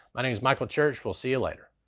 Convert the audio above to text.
my name is michael church. we'll see you later.